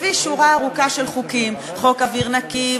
לפי שורה ארוכה של חוקים: חוק אוויר נקי,